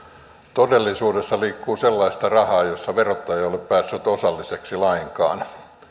todellisuudessa liikkuu sellaista rahaa josta verottaja ei ole päässyt osalliseksi lainkaan